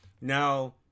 Now